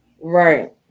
Right